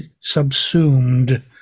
subsumed